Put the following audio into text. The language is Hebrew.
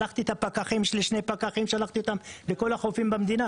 שלחתי שני פקחים לכל החופים במדינה.